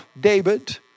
David